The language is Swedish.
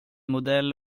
modell